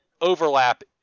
overlap